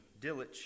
Dillich